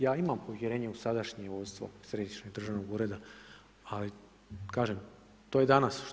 Ja imam povjerenje u sadašnje vodstvo središnjeg državnog ureda, ali kažem to je danas.